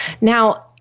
Now